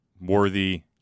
Worthy